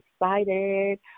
excited